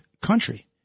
country